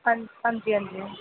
हां जी हां जी